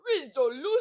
Resolution